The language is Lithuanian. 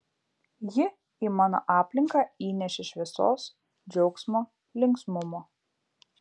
ji į mano aplinką įnešė šviesos džiaugsmo linksmumo